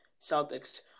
Celtics